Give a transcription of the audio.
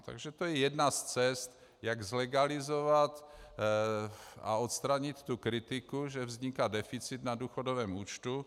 Takže to je jedna z cest, jak zlegalizovat a odstranit tu kritiku, že vzniká deficit na důchodovém účtu.